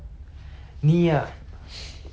讲真的